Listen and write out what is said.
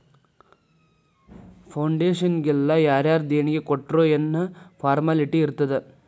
ಫೌಡೇಷನ್ನಿಗೆಲ್ಲಾ ಯಾರರ ದೆಣಿಗಿ ಕೊಟ್ರ್ ಯೆನ್ ಫಾರ್ಮ್ಯಾಲಿಟಿ ಇರ್ತಾದ?